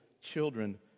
children